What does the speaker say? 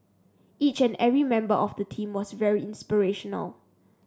each and every member of the team was very inspirational